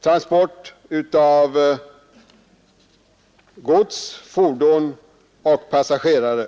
transport av gods, fordon och passagerare.